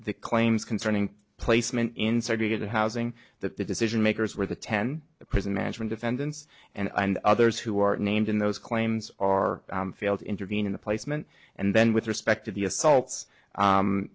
claims concerning placement inserted in housing that the decision makers were the ten prison management defendants and i and others who are named in those claims are failed to intervene in the placement and then with respect to the assault